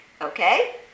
okay